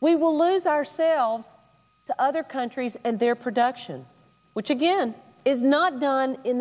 we will lose our sale to other countries and their production which again is not done in